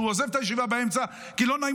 או שהוא עוזב את הישיבה באמצע כי לא נעים